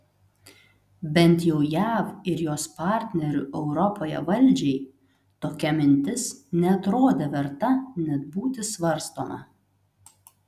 bent jau jav ir jos partnerių europoje valdžiai tokia mintis neatrodė verta net būti svarstoma